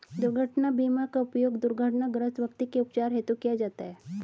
दुर्घटना बीमा का उपयोग दुर्घटनाग्रस्त व्यक्ति के उपचार हेतु किया जाता है